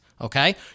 Okay